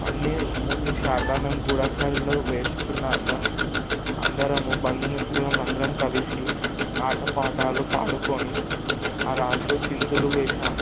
అన్ని ముగిసాకా మేము గూఢ చారంలో వేసుకున్నాకా అందరము బంధు మిత్రులం అందరం కలిసి ఆటపాటలు పాడుకొని ఆ రాత్రి చిందులు వేసాం